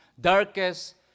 darkest